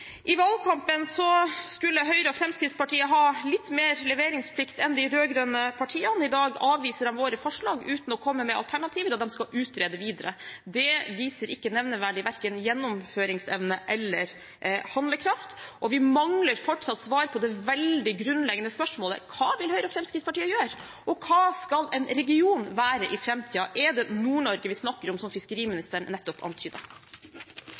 I valgkampen skulle Høyre og Fremskrittspartiet ha litt mer leveringsplikt enn de rød-grønne partiene. I dag avviser de våre forslag uten å komme med alternativer, og de skal utrede videre. Det viser ikke nevneverdig gjennomføringsevne eller handlekraft, og vi mangler fortsatt svar på det veldig grunnleggende spørsmålet: Hva vil Høyre og Fremskrittspartiet gjøre, og hva skal en region være i framtiden? Er det Nord-Norge vi snakker om, som fiskeriministeren nettopp